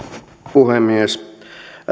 puhemies